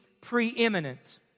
preeminent